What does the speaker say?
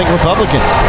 Republicans